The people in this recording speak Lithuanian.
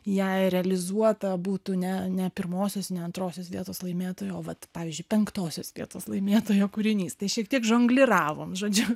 jei realizuota būtų ne ne pirmosios antrosios vietos laimėtoja o vat pavyzdžiui penktosios vietos laimėtojo kūrinys tai šiek tiek žongliravom žodžiu